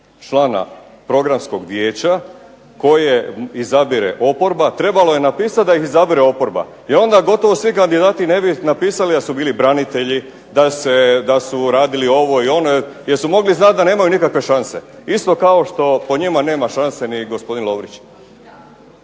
člana programskog vijeća koje izabire oporba trebalo je napisati da ih izabire oporba. I onda gotovo svi kandidati ne bi napisali da su bili branitelji, da su radili ovo ili ono, mogli su znati da nemaju nikakve šanse. Isto kao što po njima nema šanse gospodin Lovrić.